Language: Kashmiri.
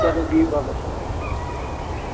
چلو بِہِو رۄبَس حوال